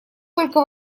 только